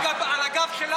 אבל על הגב,